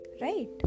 right